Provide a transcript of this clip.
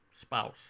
spouse